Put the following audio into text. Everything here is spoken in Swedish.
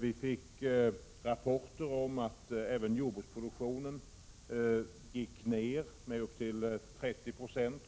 Vi fick rapporter om att även jordbruksproduktionen minskar med nära 30 960